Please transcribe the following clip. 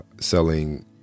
selling